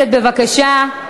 בבקשה.